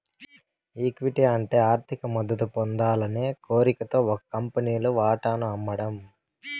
equity అంటే ఆర్థిక మద్దతు పొందాలనే కోరికతో ఒక కంపెనీలు వాటాను అమ్మడం